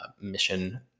mission